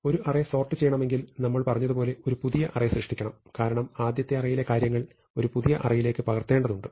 ഒരു array sort ചെയ്യണമെങ്കിൽ നമ്മൾ പറഞ്ഞതുപോലെ ഒരു പുതിയ അറേ സൃഷ്ടിക്കണം കാരണം ആദ്യത്തെ അറേയിലെ കാര്യങ്ങൾ ഒരു പുതിയ അറേയിലേക്ക് പകർത്തേണ്ടതുണ്ട്